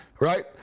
Right